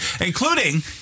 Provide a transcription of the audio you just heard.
including